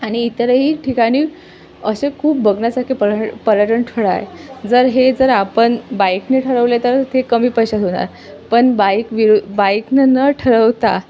आणि इतरही ठिकाणी असे खूप बघण्यासारखे प पर्यटन ठळ आहे जर हे जर आपण बाईकने ठरवले तर ते कमी पैशात होणार पण बाईक विरू बाईकनं न ठरवता